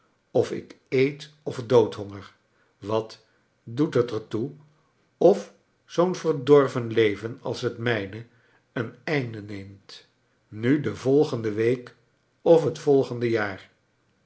of ik eet of doodhonger wat doet het er toe of zoo'n verdorven leven als het mijne een einde neemt nu de volgende week of het volgende jaar